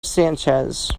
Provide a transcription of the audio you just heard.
sanchez